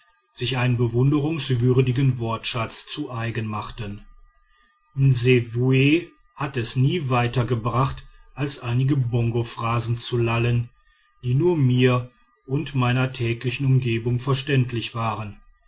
sich einen bewunderungswürdigen wortschatz zu eigen machten nsewue hat es nie weiter gebracht als einige bongophrasen zu lallen die nur mir und meiner täglichen umgebung verständlich waren